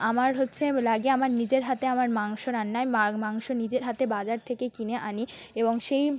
আমার হচ্ছে লাগে আমার নিজের হাতে আমার মাংস রান্নায় মা মাংস নিজের হাতে বাজার থেকে কিনে আনি এবং সেই